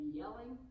yelling